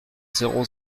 zéro